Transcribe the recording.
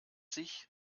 sich